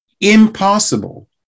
impossible